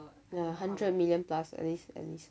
ya hundred million plus at least at least